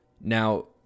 now